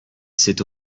c’est